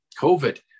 COVID